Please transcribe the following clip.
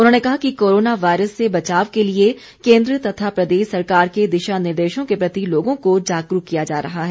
उन्होंने कहा कि कोरोना वायरस से बचाव के लिए केंद्र तथा प्रदेश सरकार के दिशानिर्देशों के प्रति लोगों को जागरूक किया जा रहा है